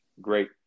great